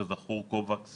כזכור, קובקס